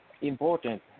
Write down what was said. important